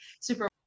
super